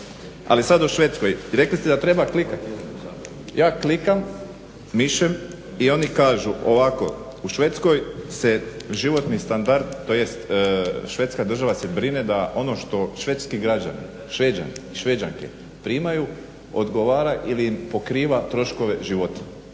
Ali sad o Švedskoj. Rekli ste da treba klikati. Ja klikam mišem i oni kažu ovako: U Švedskoj se životni standard, tj. Švedska država se brine da ono što švedski građani, Šveđani i Šveđanke primaju odgovara ili im pokriva troškove života.